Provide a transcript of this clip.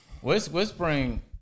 Whispering